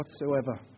whatsoever